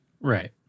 Right